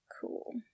Cool